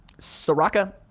Soraka